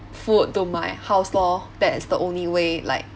food to my house lor that's the only way like